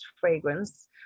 Fragrance